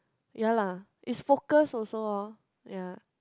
ya lah is focus also orh ya